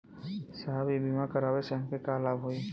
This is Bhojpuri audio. साहब इ बीमा करावे से हमके का लाभ होई?